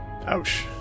ouch